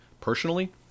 Personally